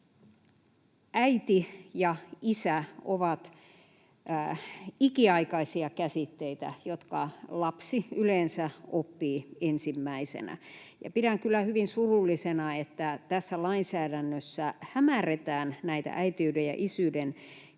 ”Äiti” ja ”isä” ovat ikiaikaisia käsitteitä, jotka lapsi yleensä oppii ensimmäisenä, ja pidän kyllä hyvin surullisena, että tässä lainsäädännössä hämärretään näitä äitiyden ja isyyden käsitteitä